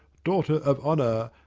daughter of honour.